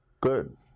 Good